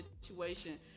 situation